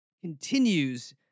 continues